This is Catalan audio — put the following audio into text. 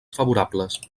favorables